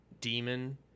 demon